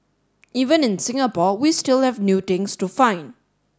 even in Singapore we still have new things to find